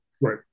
Right